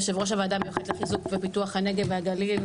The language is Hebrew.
יושב ראש הוועדה המיוחדת לחיזוק ופיתוח הנגב והגליל,